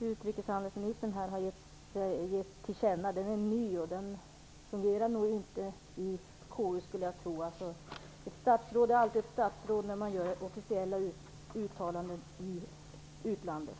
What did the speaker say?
utrikeshandelsministern här gett till känna är ny och räcker nog inte i KU, skulle jag tro. Ett statsråd är alltid ett statsråd när man gör officiella uttalanden i utlandet.